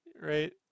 Right